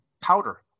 powder